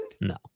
No